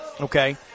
Okay